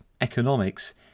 economics